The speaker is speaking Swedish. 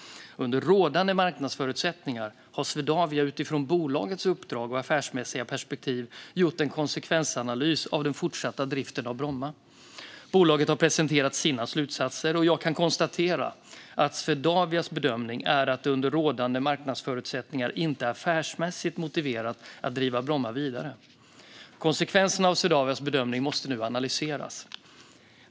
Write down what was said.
Under rådande marknadsförutsättningar har Swedavia utifrån bolagets uppdrag och affärsmässiga perspektiv gjort en konsekvensanalys av den fortsatta driften av Bromma. Bolaget har presenterat sina slutsatser, och jag kan konstatera att Swedavias bedömning är att det under rådande marknadsförutsättningar inte är affärsmässigt motiverat att driva Bromma vidare. Konsekvenserna av Swedavias bedömning måste nu analyseras.